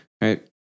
Right